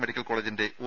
medical കോളജിന്റെ O